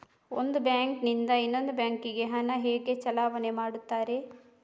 ಒಂದು ಬ್ಯಾಂಕ್ ನಿಂದ ಇನ್ನೊಂದು ಬ್ಯಾಂಕ್ ಗೆ ಹಣ ಹೇಗೆ ಚಲಾವಣೆ ಮಾಡುತ್ತಾರೆ?